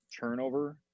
turnover